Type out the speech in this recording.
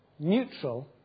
neutral